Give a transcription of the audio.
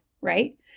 right